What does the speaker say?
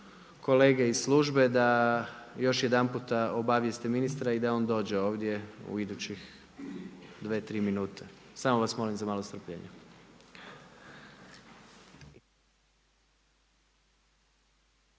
kolege iz službe da još jedanputa obavijeste ministra i da on dođe ovdje u idućih 2, 3 minute. Samo vas molim za malo strpljenja.